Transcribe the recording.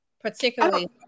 particularly